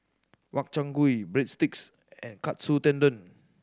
Makchang Gui Breadsticks and Katsu Tendon